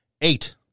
eight